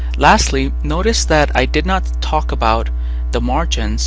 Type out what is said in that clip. lastly, notice that i did not talk about the margins